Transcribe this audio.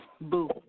Boo